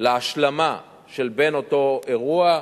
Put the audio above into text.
להשלמה של, בין אותו אירוע.